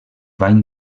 bany